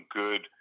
good